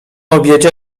obiedzie